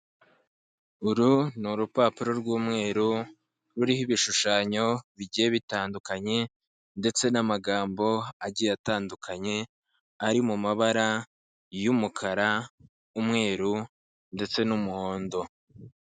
Uru ni urupapuro rw'umweru, ruriho ibishushanyo bigiye bitandukanye ndetse n'amagambo agiye atandukanye ari mu mabara y'umukara, umweru ndetse n'umuhondo.